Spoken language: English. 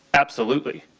absolutely.